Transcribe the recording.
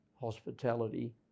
hospitality